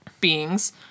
beings